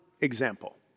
example